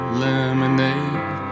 lemonade